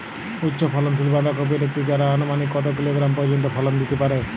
উচ্চ ফলনশীল বাঁধাকপির একটি চারা আনুমানিক কত কিলোগ্রাম পর্যন্ত ফলন দিতে পারে?